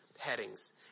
headings